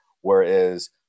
whereas